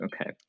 Okay